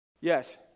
Yes